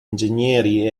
ingegneri